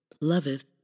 loveth